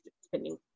spending